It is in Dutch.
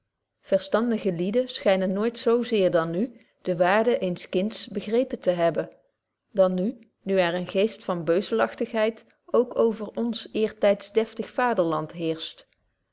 verstandige lieden schynen nooit zo zeer dan nu de waardy eens kinds begrepen te hebben dan nu nu er een geest van beuzelachtigheid ook over ons eertyds deftig vaderland heerscht